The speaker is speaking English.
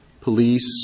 police